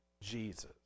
Jesus